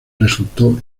resultó